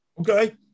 Okay